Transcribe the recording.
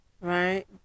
right